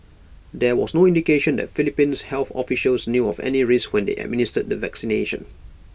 there was no indication that Philippines health officials knew of any risks when they administered the vaccination